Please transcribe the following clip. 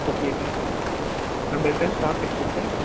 okay sir நம்பள்கிட்ட stock இருக்குது sir